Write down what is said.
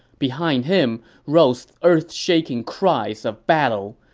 behind him rose earth-shaking cries of battle.